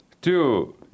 two